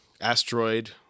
asteroid